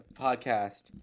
podcast